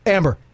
Amber